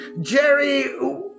Jerry